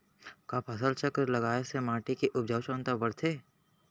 का फसल चक्र लगाय से माटी के उपजाऊ क्षमता बढ़थे?